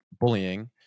bullying